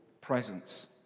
presence